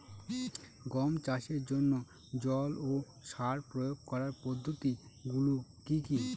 গম চাষের জন্যে জল ও সার প্রয়োগ করার পদ্ধতি গুলো কি কী?